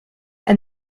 and